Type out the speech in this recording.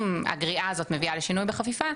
אם הגריעה הזאת מביאה לשינוי בחפיפה,